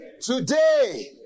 today